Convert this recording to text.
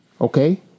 Okay